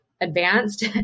advanced